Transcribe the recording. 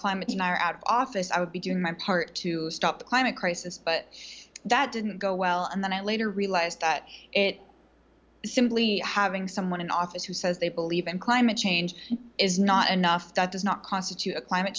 climate denier out of office i would be doing my part to stop the climate crisis but that didn't go well and then i later realized that it simply having someone in office who says they believe in climate change is not enough that does not constitute a climate